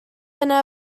yna